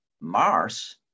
Mars